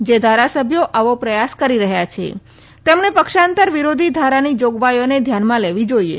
જે ધારાસભ્યો આવો પ્રથાસ કરી રહ્યાં છે તેમણે પક્ષાંતર વિરોધી ધારાની જોગવાઇઓને ધ્યાનમાં લેવી જોઇએ